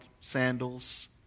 sandals